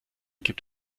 gibt